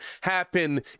happen